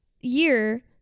year